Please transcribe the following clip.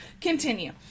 continue